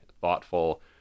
thoughtful